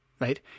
Right